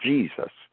Jesus